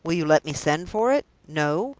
will you let me send for it? no?